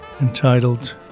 entitled